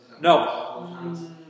No